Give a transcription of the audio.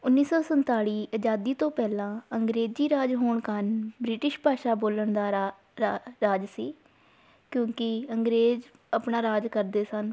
ਉੱਨੀ ਸੌ ਸੰਤਾਲੀ ਆਜ਼ਾਦੀ ਤੋਂ ਪਹਿਲਾਂ ਅੰਗਰੇਜ਼ੀ ਰਾਜ ਹੋਣ ਕਾਰਨ ਬ੍ਰਿਟਿਸ਼ ਭਾਸ਼ਾ ਬੋਲਣ ਦਾ ਰਾ ਰਾ ਰਾਜ ਸੀ ਕਿਉਂਕਿ ਅੰਗਰੇਜ਼ ਆਪਣਾ ਰਾਜ ਕਰਦੇ ਸਨ